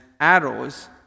arrows